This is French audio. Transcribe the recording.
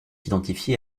identifiés